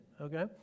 okay